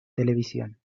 televisión